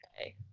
okay